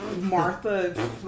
Martha